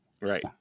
Right